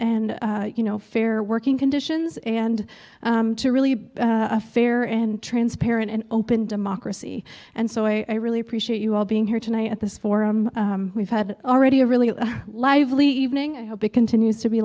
and you know fair working conditions and to really a fair and transparent and open democracy and so i really appreciate you all being here tonight at this forum we've had already a really lively evening i hope it continues to be